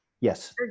Yes